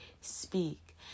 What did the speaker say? speak